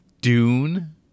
Dune